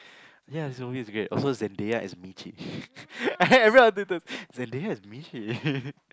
ya Zoey is great also Zendeya is Mitchie everyone wanted to Zendeya is Mitchie